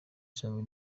ishami